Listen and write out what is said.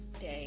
day